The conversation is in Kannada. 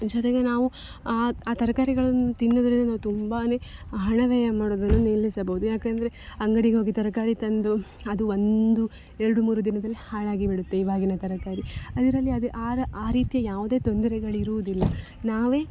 ಜೊತೆಗೆ ನಾವು ಆ ಆ ತರಕಾರಿಗಳನ್ನು ತಿನ್ನೋದ್ರಿಂದ ನಾವು ತುಂಬಾ ಹಣ ವ್ಯಯ ಮಾಡುವುದನ್ನು ನಿಲ್ಲಿಸಬೌದು ಯಾಕಂದರೆ ಅಂಗಡಿಗೆ ಹೋಗಿ ತರಕಾರಿ ತಂದು ಅದು ಒಂದು ಎರಡು ಮೂರು ದಿನದಲ್ಲಿ ಹಾಳಾಗಿ ಬಿಡುತ್ತೆ ಇವಾಗಿನ ತರಕಾರಿ ಅದರಲ್ಲಿ ಅದೇ ಆ ರ ಆ ರೀತಿಯ ಯಾವುದೇ ತೊಂದರೆಗಳಿರುವುದಿಲ್ಲ ನಾವೆ